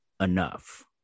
enough